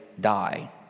die